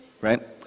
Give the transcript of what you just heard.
right